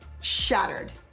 shattered